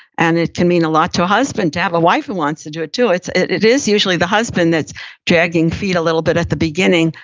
and it can mean a lot to a husband to have a wife who wants to do it, too. it it is usually the husband that's dragging feet a little bit at the beginning,